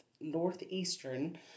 northeastern